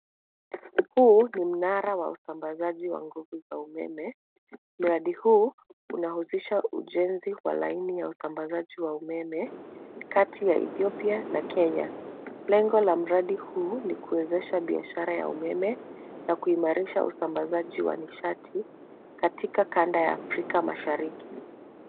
Huu ni mnara wa usambazaji wa nguvu za umeme mradi huu unahusisha ujenzi wa laini ya usambazaji ya umeme kati ya Ethiopia na Kenya lengo la mradi huu ni kuwezesha biashara ya umeme na kuimarisha usambazaji wa nishati katika kanda ya afrika mashariki.